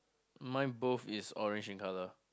mine both is orange in colour